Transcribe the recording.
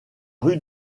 rues